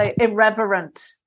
irreverent